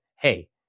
hey